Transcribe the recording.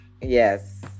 yes